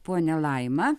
ponia laima